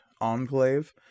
Enclave